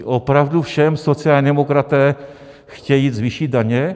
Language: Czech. Opravdu všem sociální demokraté chtějí zvýšit daně?